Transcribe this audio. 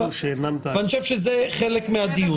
ואני חושב שזה חלק מהדיון.